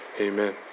Amen